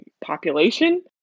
population